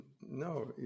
No